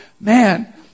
man